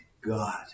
God